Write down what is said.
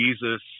Jesus